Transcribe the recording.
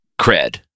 cred